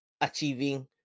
achieving